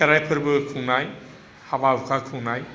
खेराइ फोरबो खुंनाय हाबा हुखा खुंनाय